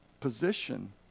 position